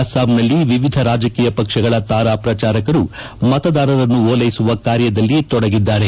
ಅಸ್ಸಾಂನಲ್ಲಿ ವಿವಿಧ ರಾಜಕೀಯ ಪಕ್ಷಗಳ ತಾರಾ ಪ್ರಚಾರಕರು ಮತದಾರರನ್ನು ಓಲ್ಲೆಸುವ ಕಾರ್ಯದಲ್ಲಿ ತೊಡಗಿದ್ದಾರೆ